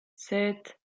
sept